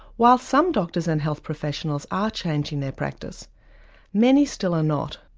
while some doctors and health professionals are changing their practice many still are not.